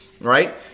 right